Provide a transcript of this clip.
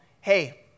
Hey